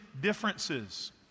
differences